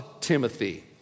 Timothy